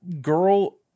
girl